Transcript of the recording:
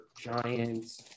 Giants